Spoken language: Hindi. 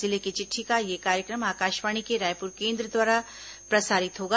जिले की चिट़ठी का यह कार्यक्रम आकाशवाणी के रायप्र केंद्र द्वारा प्रसारित होगा